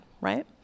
right